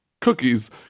cookies